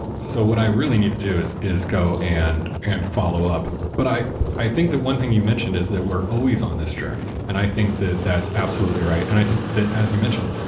so what i really need to do is is go and and follow up. but i i think that one thing you mentioned is that we're always on this journey. and i think that that's absolutely right. and i think that as you mentioned,